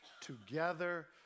together